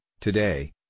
today